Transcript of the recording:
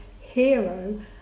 hero